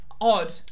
Odd